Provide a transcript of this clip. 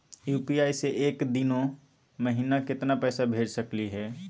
UPI स एक दिनो महिना केतना पैसा भेज सकली हे?